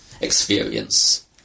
experience